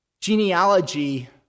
genealogy